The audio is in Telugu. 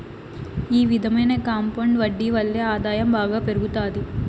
ఈ విధమైన కాంపౌండ్ వడ్డీ వల్లే ఆదాయం బాగా పెరుగుతాది